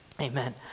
amen